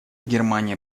германия